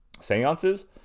seances